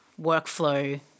workflow